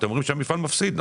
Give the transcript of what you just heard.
כי אומרים שהמפעיל מפסיד.